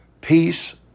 peace